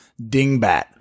dingbat